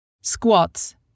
Squats